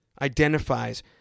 identifies